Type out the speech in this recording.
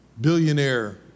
Billionaire